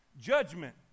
Judgment